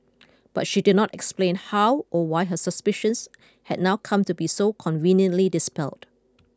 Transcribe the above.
but she did not explain how or why her suspicions had now come to be so conveniently dispelled